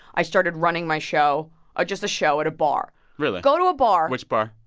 i started running my show ah just a show at a bar really? go to a bar which bar?